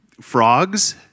frogs